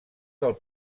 del